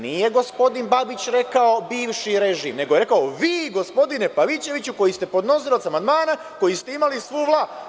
Nije gospodin Babić rekao – bivši režim, nego je rekao – vi, gospodine Pavićeviću, koji ste podnosilac amandmana, koji ste imali svu vlast.